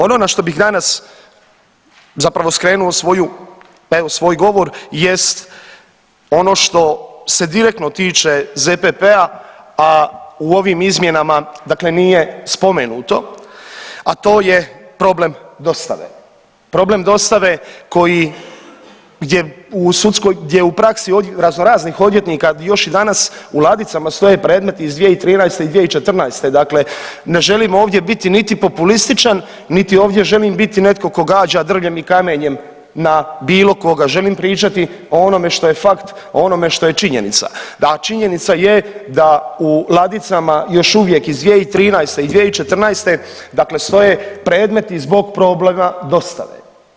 Ono na što bih danas zapravo skrenuo svoju, evo svoj govor jest ono što se direktno tiče ZPP-a, a u ovim izmjenama dakle nije spomenuto, a to je problem dostave, problem dostave koji, gdje u praksi razno raznih odvjetnika di još i danas u ladicama stoje predmeti iz 2013. i 2014., dakle ne želim ovdje biti niti populističan, niti ovdje želim biti netko ko gađa drvljem i kamenjem na bilo koga, želim pričati o onome što je fakt, o onome što je činjenica, a činjenica je da u ladicama još uvijek iz 2013. i 2014. dakle stoje predmeti zbog problema dostave.